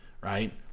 right